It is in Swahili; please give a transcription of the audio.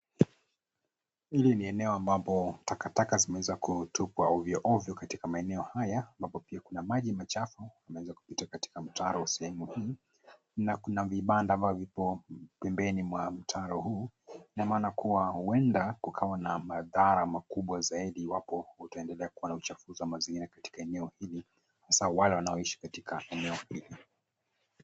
Hili ni eneo ambapo takataka zimeweza kutupwa ovyoovyo katika maeneo haya ambapo pia kuna maji machafu yameweza kupita katika mtaro sehemu hii na kuna vibanda ambavyo vipo pembeni mwa mtaro huu na maana kuwa huenda kukawa na madhara makubwa zaidi iwapo kutaendelea kuwa na uchafu za mazingira katika eneo hili hasa wale wanaoishi katika eneo hili.